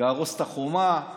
להרוס את החומה,